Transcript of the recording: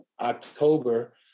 October